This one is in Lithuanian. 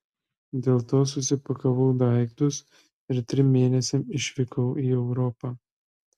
dėl to susipakavau daiktus ir trim mėnesiams išvykau į europą